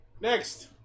Next